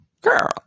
girl